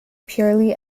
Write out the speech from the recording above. purely